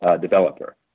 developer